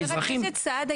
חבר הכנסת סעדה,